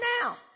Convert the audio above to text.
now